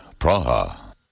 Praha